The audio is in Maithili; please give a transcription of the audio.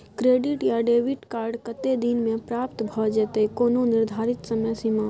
क्रेडिट या डेबिट कार्ड कत्ते दिन म प्राप्त भ जेतै, कोनो निर्धारित समय सीमा?